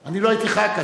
אני לא הייתי ח"כ.